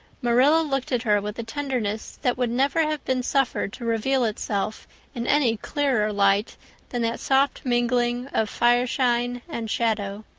marilla looked at her with a tenderness that would never have been suffered to reveal itself in any clearer light than that soft mingling of fireshine and shadow.